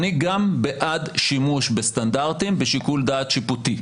אני גם בעד שימוש בסטנדרטים בשיקול דעת שיפוטי.